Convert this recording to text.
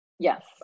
Yes